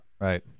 Right